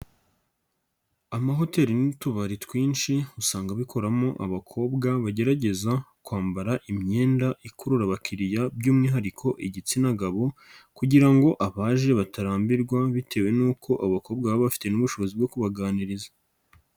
Amahoteli n'utubari twinshi, usanga bikoramo abakobwa bagerageza kwambara imyenda ikurura abakiriya by'umwihariko igitsina gabo kugira ngo abaje batarambirwa bitewe n'uko abo bakobwa baba bafite n'ubushobozi bwo kubaganiriza.